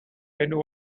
venue